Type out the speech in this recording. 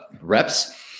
reps